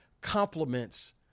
complements